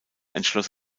entschloss